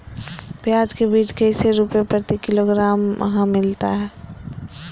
प्याज के बीज कैसे रुपए प्रति किलोग्राम हमिलता हैं?